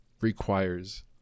requires